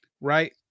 right